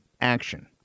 action